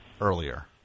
earlier